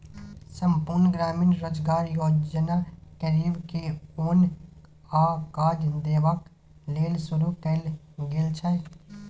संपुर्ण ग्रामीण रोजगार योजना गरीब के ओन आ काज देबाक लेल शुरू कएल गेल छै